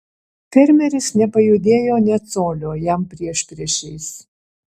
fermeris nepajudėjo nė colio jam priešpriešiais